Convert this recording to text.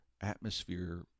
atmosphere